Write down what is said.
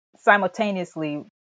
simultaneously